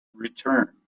return